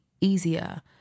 easier